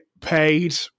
paid